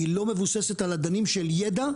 היא לא מבוססת על אדנים של ידע,